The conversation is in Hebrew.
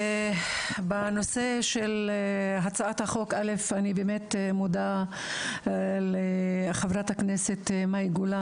בנושא של הצעת החוק - אני מודה לחברת הכנסת מאי גולן,